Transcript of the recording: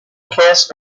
case